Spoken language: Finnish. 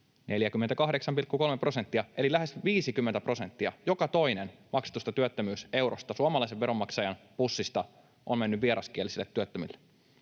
48,3 prosenttia eli lähes 50 prosenttia. Joka toinen maksetuista työttömyyseuroista suomalaisen veronmaksajan pussista on mennyt vieraskielisille työttömille.